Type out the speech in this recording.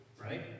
Right